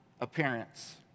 appearance